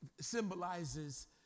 symbolizes